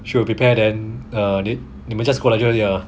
she will prepared and err eh 你们 just 过来就好了